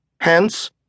Hence